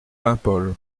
paimpol